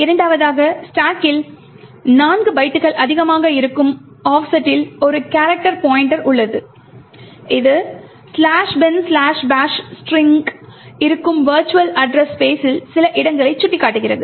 இரண்டாவதாக ஸ்டாக்கில் 4 பைட்டுகள் அதிகமாக இருக்கும் ஆஃப்செட்டில் ஒரு கேரக்டர் பாய்ண்ட்டர் உள்ளது இது "binbash" ஸ்ட்ரிங்க் இருக்கும் விர்ச்சுவல் அட்ரஸ் ஸ்பெஸில் சில இடங்களை சுட்டிக்காட்டுகிறது